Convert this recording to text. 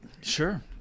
sure